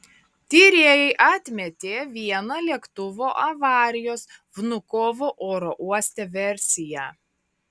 tyrėjai atmetė vieną lėktuvo avarijos vnukovo oro uoste versiją